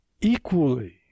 equally